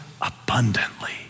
abundantly